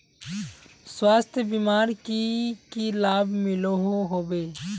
स्वास्थ्य बीमार की की लाभ मिलोहो होबे?